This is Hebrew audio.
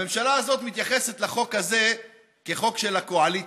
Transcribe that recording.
הממשלה הזאת מתייחסת לחוק הזה כחוק של הקואליציה,